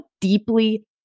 deeply